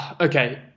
Okay